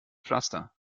pflaster